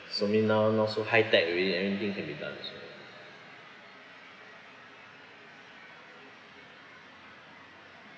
so me now not so high tech already everything can be done also